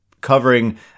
covering